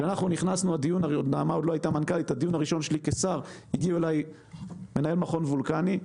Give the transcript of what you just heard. כשנכנסתי לתפקידי הגיעו אלי מנהלי המכון הוולקני הישראלי,